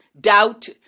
doubt